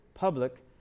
Public